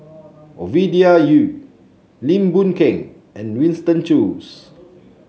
Ovidia Yu Lim Boon Keng and Winston Choos